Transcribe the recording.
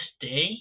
day